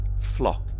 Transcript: flock